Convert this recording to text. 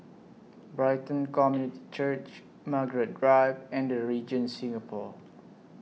Brighton Community Church Margaret Drive and The Regent Singapore